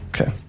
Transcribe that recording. Okay